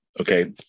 okay